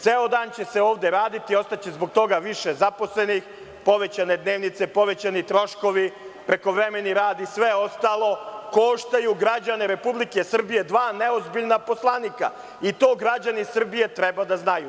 Ceo dan će se ovde raditi, ostaće zbog toga više zaposlenih, povećane dnevnice, povećani troškovi, prekovremeni rad i sve ostalo, koštaju građane Srbije, dva neozbiljna poslanika i to građani Srbije treba da znaju.